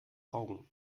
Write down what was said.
augen